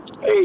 Hey